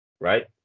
Right